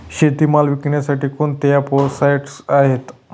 शेतीमाल विकण्यासाठी कोणते ॲप व साईट आहेत?